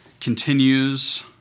continues